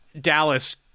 Dallas